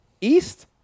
East